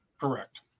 Correct